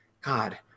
God